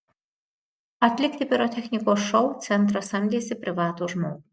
atlikti pirotechnikos šou centras samdėsi privatų žmogų